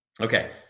Okay